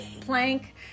plank